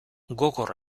gogor